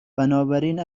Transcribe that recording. بنابراین